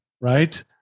right